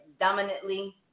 dominantly